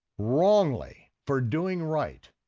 wrongly for doing right,